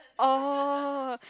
oh